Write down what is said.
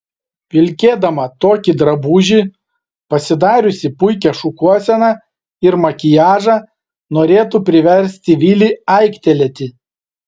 vilkėdama tokį drabužį pasidariusi puikią šukuoseną ir makiažą norėtų priversti vilį aiktelėti